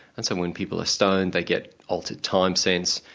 and so when people are stoned they get altered time sense,